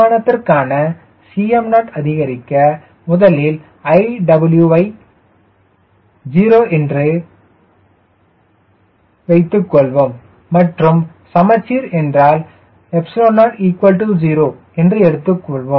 விமானத்திற்கான Cm0 அதிகரிக்க முதலில்iw வை 0 என்றும் மற்றும் சமச்சீர் என்றால் 0 0 எடுத்துக் கொள்வோம்